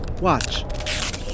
watch